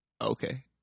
Okay